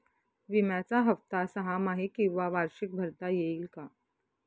विम्याचा हफ्ता सहामाही किंवा वार्षिक भरता येईल का?